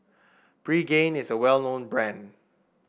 pregain is a well known brand